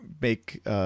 make